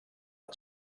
att